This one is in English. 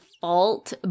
fault